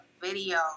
video